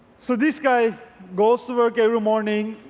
so this guy goes to work every morning,